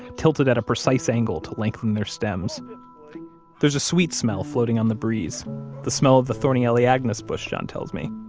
tilted at a precise angle to lengthen their stems there's a sweet smell floating on the breeze the smell of the thorny elaeagnus bush, john tells me.